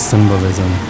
Symbolism